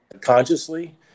consciously